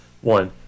One